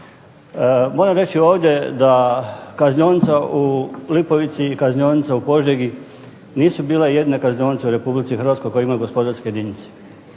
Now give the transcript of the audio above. Moram reći ovdje da kaznionica u Lipovici i kaznionica u Požegi nisu bile jedine kaznionice u Republici Hrvatskoj koja ima gospodarska jedinica.